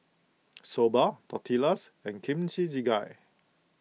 Soba Tortillas and Kimchi Jjigae